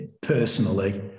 personally